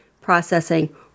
processing